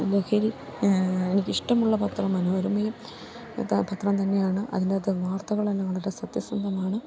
എനിക്കിഷ്ടമുള്ള പത്രം മനോരമ ഇപ്പോഴാ പത്രം തന്നെയാണ് അതിന്റെയകത്തു വാർത്തകളെല്ലാം വളരെ സത്യസന്ധമാണ്